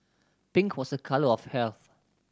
pink was a colour of health